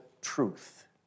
truth